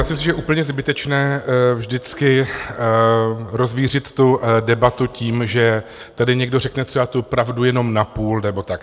Já si myslím, že je úplně zbytečné vždycky rozvířit tu debatu tím, že tady někdo řekne třeba tu pravdu jenom napůl nebo tak.